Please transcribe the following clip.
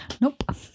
Nope